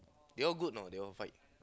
they all good you know they all fight